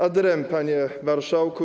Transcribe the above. Ad rem. Panie Marszałku!